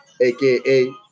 aka